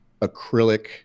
acrylic